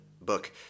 book